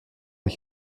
ich